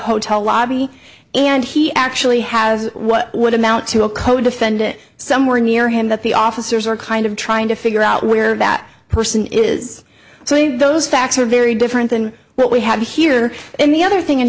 hotel lobby and he actually has what would amount to a codefendant somewhere near him that the officers are kind of trying to figure out where that person is so those facts are very different than what we have here in the other thing